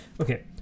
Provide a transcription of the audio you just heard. Okay